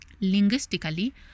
Linguistically